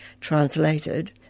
translated